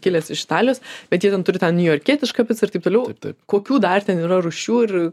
kilęs iš italijos bet jie ten turi tą niujorkietišką picą ir taip toliau kokių dar ten yra rūšių ir